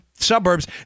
suburbs